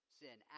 sin